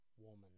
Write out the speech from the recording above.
woman